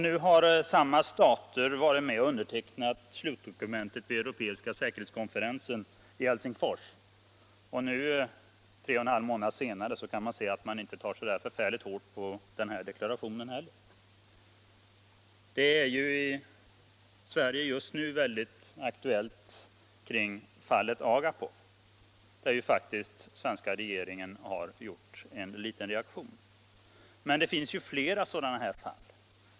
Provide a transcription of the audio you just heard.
Nu har samma stater varit med och undertecknat slutdokumentet vid europeiska säkerhetskonferensen i Helsingfors. Tre och en halv månad senare kan man se att de inte tar så förfärligt hårt på den deklarationen heller. Det är i Sverige just nu stor aktualitet kring fallet Agapov. Svenska regeringen har faktiskt visat en liten reaktion. Men det finns flera sådana här fall.